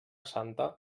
santa